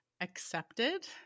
accepted